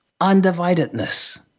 undividedness